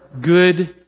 good